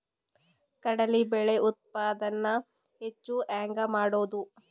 ಕಡಲಿ ಬೇಳೆ ಉತ್ಪಾದನ ಹೆಚ್ಚು ಹೆಂಗ ಮಾಡೊದು?